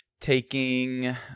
taking